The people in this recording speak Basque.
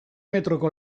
metroko